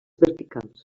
verticals